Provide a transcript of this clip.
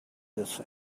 this